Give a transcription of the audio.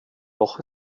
doch